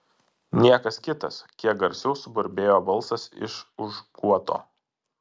niekas kitas kiek garsiau suburbėjo balsas iš už guoto